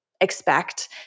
expect